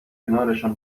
کنارشان